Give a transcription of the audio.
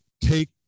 take